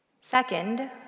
Second